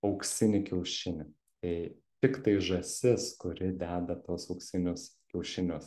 auksinį kiaušinį tai tiktai žąsis kuri deda tuos auksinius kiaušinius